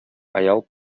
аял